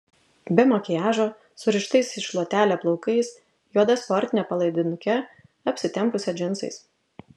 be makiažo surištais į šluotelę plaukais juoda sportine palaidinuke apsitempusią džinsais